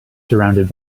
surrounded